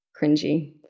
cringy